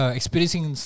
Experiencing